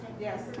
Yes